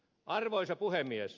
arvoisa puhemies